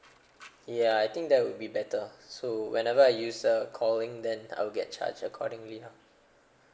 ya I think that would be better so whenever I use uh calling then I'll get charged accordingly lah